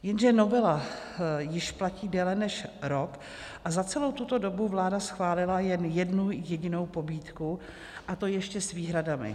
Jenže novela již platí déle než rok a za celou tuto dobu vláda schválila jen jednu jedinou pobídku, a to ještě s výhradami.